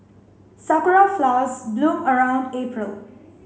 sakura flowers bloom around April